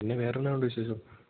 പിന്നെ വേറെന്നാ ഉണ്ട് വിശേഷം